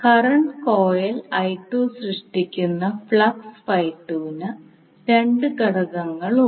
current coil സൃഷ്ടിക്കുന്ന flux ന് 2 ഘടകങ്ങൾ ഉണ്ട്